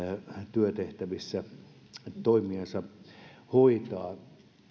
työtehtävissä toimiansa hoitaa